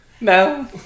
No